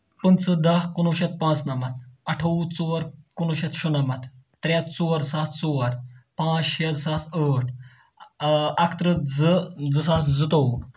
پٕنٛژٕہ دہ کُنوُہ شیٚتھ پانٛژھ نَمَتھ اَٹھووُہ ژور کُنوُہ شیٚتھ شُنمَتھ ترٛےٚ ژور ستھ ژور پانٛژھ شےٚ زٕ ساس ٲٹھ اَکتٕرٕہ زٕ زٕ ساس زٕ تووُہ